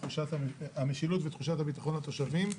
תחושת המשילות ותחושת הביטחון של התושבים,